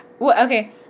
Okay